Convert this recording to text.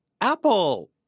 Apple